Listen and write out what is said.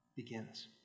begins